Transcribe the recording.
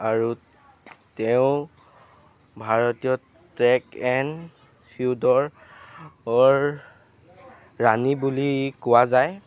আৰু তেওঁ ভাৰতীয় ট্ৰেক এন ফিউডৰ ৰাণী বুলি কোৱা যায়